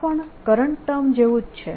આ પણ current term જેવું જ છે